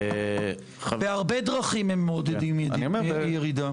בהרבה דרכים הם מעודדים ירידה.